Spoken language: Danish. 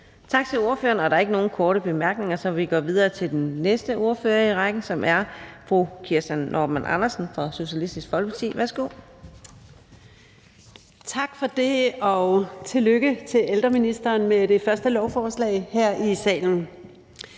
Tak for det, og tillykke til ældreministeren med det første lovforslag her i salen.